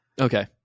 Okay